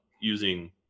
using